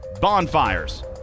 bonfires